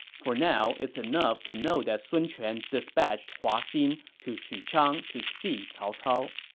for now, it's enough to know that sun quan dispatched hua xin to xuchang to see cao cao